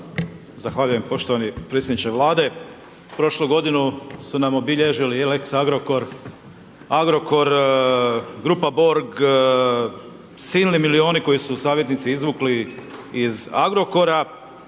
Zahvaljujem poštovani predsjedniče Vlade, prošlu godinu su nam obilježili i lex Agrokor, Agorkor, grupa Bork, silni milioni koje su savjetnici izvukli iz Agrokora